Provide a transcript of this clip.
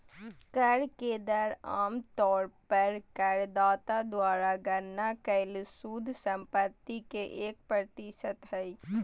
कर के दर आम तौर पर करदाता द्वारा गणना कइल शुद्ध संपत्ति के एक प्रतिशत हइ